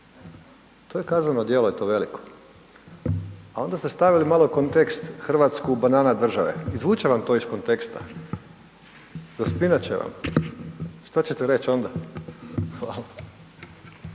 to je kazneno djelo i to veliko, a onda ste stavili malo u kontekst hrvatsku banana države, izvuće vam to iz konteksta, zaspinat će vam, šta ćete reć onda? Hvala.